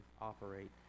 operate